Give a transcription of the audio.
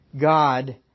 God